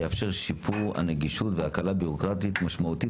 יאפשר שיפור הנגישות והקלה בירוקרטית משמעותית